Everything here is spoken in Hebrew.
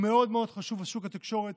החוק מאוד מאוד חשוב לשוק התקשורת,